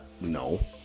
No